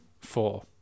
four